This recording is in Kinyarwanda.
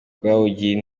rwabugili